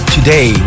Today